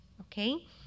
Okay